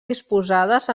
disposades